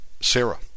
Sarah